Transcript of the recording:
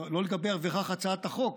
לא לגבי הצעת החוק,